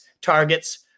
targets